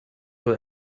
wohl